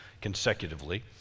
consecutively